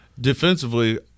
Defensively